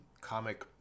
Comic